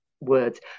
words